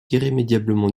irrémédiablement